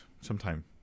sometime